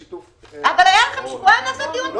בשיתוף --- היו לכם שבועיים לעשות דיון מהיר.